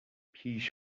پیش